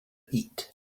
eat